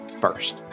first